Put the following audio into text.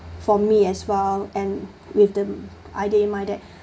for me as well and with that idea in mind